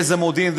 איזה מודיעין.